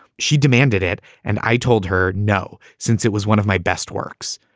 she demanded it and i told her no. since it was one of my best works,